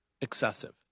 excessive